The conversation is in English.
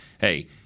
hey